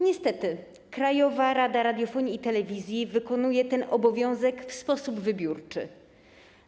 Niestety Krajowa Rada Radiofonii i Telewizji wykonuje ten obowiązek w sposób wybiórczy.